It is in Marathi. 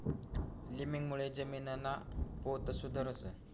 लिमिंगमुळे जमीनना पोत सुधरस